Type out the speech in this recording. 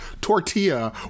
tortilla